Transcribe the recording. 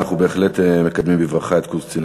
ואנחנו בהחלט מקדמים בברכה את קורס קציני